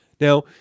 Now